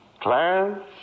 Clarence